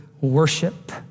worship